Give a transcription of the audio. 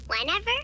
whenever